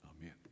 Amen